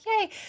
Yay